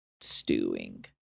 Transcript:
stewing